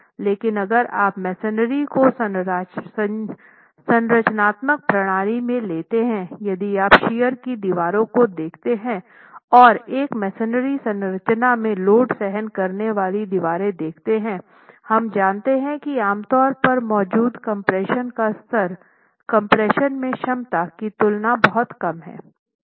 लेकिन अगर आप मेसनरी को संरचनात्मक प्रणाली में लेते हैं यदि आप शियर की दीवारों को देखते हैं और एक मेसनरी संरचना में लोड सहन करने वाली दीवारें देखते हैं हम जानते हैं कि आमतौर पर मौजूद कम्प्रेशन का स्तर कम्प्रेशन में क्षमता की तुलना बहुत कम है